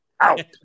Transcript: out